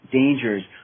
dangers